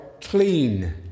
Clean